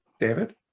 david